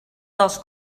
dels